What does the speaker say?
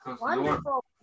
Wonderful